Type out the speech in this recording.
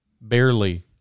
barely